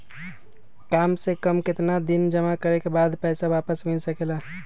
काम से कम केतना दिन जमा करें बे बाद पैसा वापस मिल सकेला?